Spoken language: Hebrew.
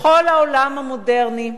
בכל העולם המודרני,